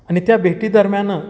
आणि त्या भेटी दरम्यान